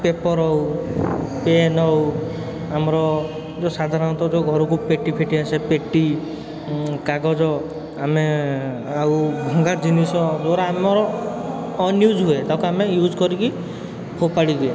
paper ହେଉ pen ହେଉ ଆମର ଯେଉଁ ସାଧାରଣତଃ ଯେଉଁ ଘରକୁ ପେଟିଫେଟି ଆସେ ପେଟି କାଗଜ ଆମେ ଆଉ ଭଙ୍ଗା ଜିନିଷ ଯେଉଁଟା ଆମର ଅନ୍ୟୁଜ୍ ହୁଏ ତାକୁ ଆମେ ୟୁଜ୍ କରିକି ଫୋପାଡ଼ି ଦିଏ